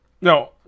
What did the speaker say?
No